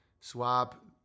Swap